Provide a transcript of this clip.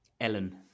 Ellen